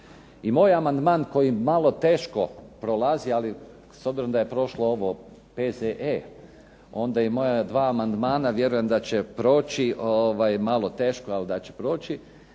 I moj amandman koji malo teško prolazi, ali s obzirom da je prošlo ovo P.Z.E. onda i moja dva amandmana vjerujem da će proći, malo teško ali da će proći,